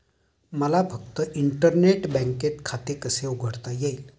मला फक्त इंटरनेट बँकेत खाते कसे उघडता येईल?